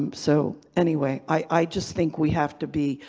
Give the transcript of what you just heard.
um so anyway, i just think we have to be.